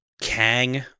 Kang